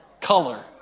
color